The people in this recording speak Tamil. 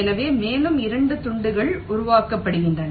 எனவே மேலும் 2 துண்டுகள் உருவாக்கப்படுகின்றன